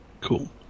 cool